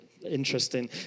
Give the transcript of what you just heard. interesting